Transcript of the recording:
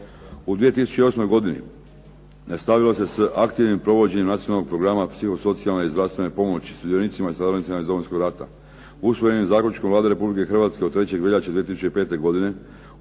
U 2008. godini nastavilo se s aktivnim provođenjem Nacionalnog programa psihosocijalne i zdravstvene pomoći sudionicima i stradalnicima iz Domovinskog rata. Usvojenim zaključkom Vlada Republike Hrvatske od 3. veljače 2005. godine